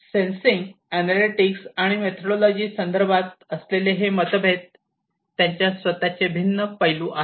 sensing analytics आणि methodology संदर्भात असलेले हे मतभेद त्यांच्या स्वतःचे भिन्न पैलू आहेत